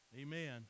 Amen